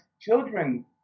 children